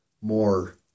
more